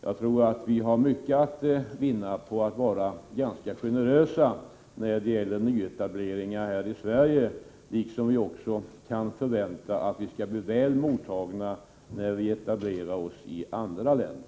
Jag tror att vi har mycket att vinna på att vara ganska generösa i fråga om nyetableringar här i Sverige. Då kan vi också förvänta oss att våra banker blir väl mottagna när de etablerar sig utomlands.